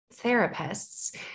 therapists